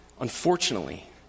Unfortunately